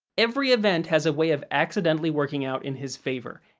every event has a way of accidentally working out in his favor,